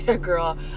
girl